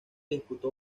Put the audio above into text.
disputó